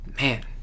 man